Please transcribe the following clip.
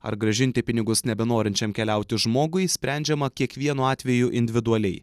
ar grąžinti pinigus nebenorinčiam keliauti žmogui sprendžiama kiekvienu atveju individualiai